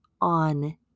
on